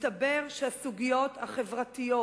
מסתבר שהסוגיות החברתיות,